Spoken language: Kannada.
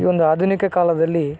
ಈ ಒಂದು ಆಧುನಿಕ ಕಾಲದಲ್ಲಿ